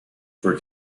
for